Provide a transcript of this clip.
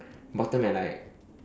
bottom at like